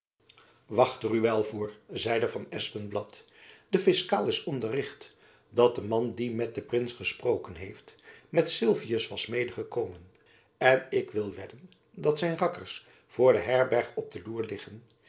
wacht er u wel voor zeide van espenblad de fiskaal is onderricht dat de man die met den prins gesproken heeft met sylvius was mede gekomen en ik wil wedden dat zijn rakkers voor de herberg op de loer liggen